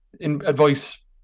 advice